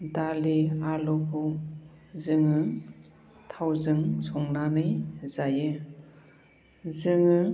दालि आलुखौ जोङो थावजों संनानै जायो जोङो